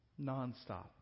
nonstop